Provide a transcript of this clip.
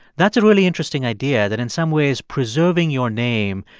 that's a really interesting idea, that in some ways, preserving your name,